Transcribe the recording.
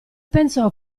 pensò